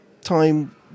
time